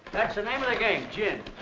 that's the name of the game. gin!